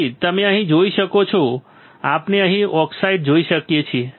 તેથી તમે અહીં જોઈ શકો છો આપણે અહીં ઓક્સાઈડ જોઈ શકીએ છીએ